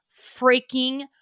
freaking